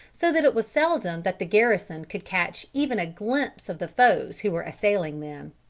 so that it was seldom that the garrison could catch even a glimpse of the foes who were assailing them.